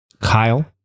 kyle